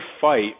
fight